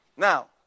Now